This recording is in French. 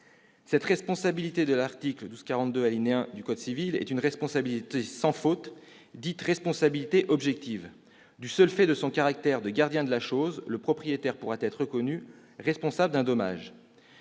Cette responsabilité de l'article 1242, alinéa 1, du code civil est une responsabilité sans faute, dite « responsabilité objective ». Du seul fait de son caractère de gardien de la chose, le propriétaire pourra être reconnu responsable d'un dommage.